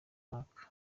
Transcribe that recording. mwaka